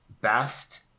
best